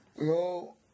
No